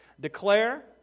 declare